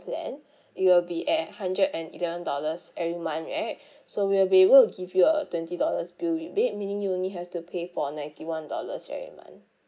plan it will be at hundred and eleven dollars every month right so we will be able to give you a twenty dollars bill rebate meaning you only have to pay for ninety one dollars every month